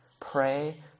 Pray